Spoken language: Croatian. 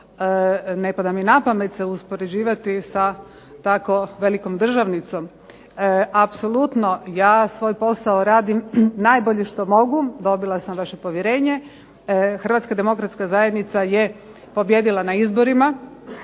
Ne pada mi napamet se uspoređivati sa tako velikom državnicom. Apsolutno ja svoj posao radim najbolje što mogu. Dobila sam vaše povjerenje. HDZ je pobijedila na izborima